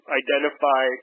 identify